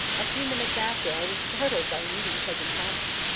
a few minutes after i was startled by meeting cousin thomas.